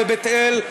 ובית-אל,